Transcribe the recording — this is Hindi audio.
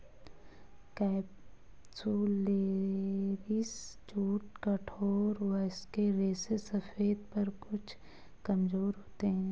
कैप्सुलैरिस जूट कठोर व इसके रेशे सफेद पर कुछ कमजोर होते हैं